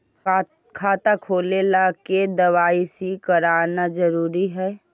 खाता खोले ला के दवाई सी करना जरूरी है?